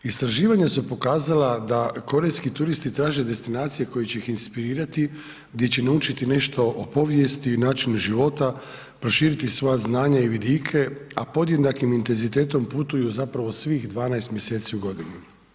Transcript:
Istraživanja su pokazala da korejski turisti traže destinacije koje će ih inspirirati gdje će naučiti nešto o povijesti, načinu života, proširiti svoja znanja i vidike, a podjednakim intenzitetom putuju zapravo svih 12 mjeseci u godini.